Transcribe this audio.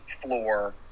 floor